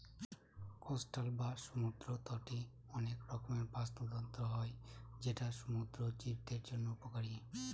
coastal বা সমুদ্র তটে অনেক রকমের বাস্তুতন্ত্র হয় যেটা সমুদ্র জীবদের জন্য উপকারী